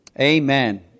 Amen